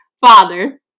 father